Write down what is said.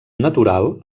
natural